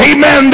Amen